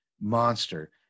monster